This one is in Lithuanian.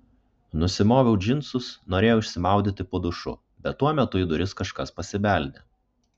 nusimoviau džinsus norėjau išsimaudyti po dušu bet tuo metu į duris kažkas pasibeldė